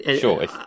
sure